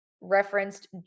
referenced